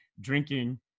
drinking